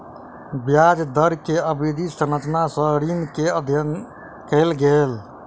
ब्याज दर के अवधि संरचना सॅ ऋण के अध्ययन कयल गेल